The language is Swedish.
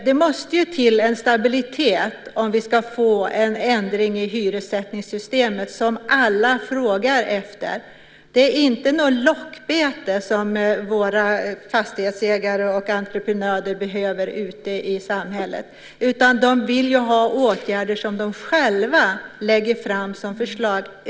Det måste till en stabilitet om vi ska få en ändring i hyressättningssystemet som alla frågar efter. Det är inte något lockbete som våra fastighetsägare och entreprenörer behöver ute i samhället, utan de vill ha åtgärder som de själva lägger fram som förslag.